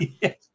Yes